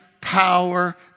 power